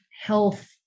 health